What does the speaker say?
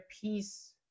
peace